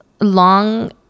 Long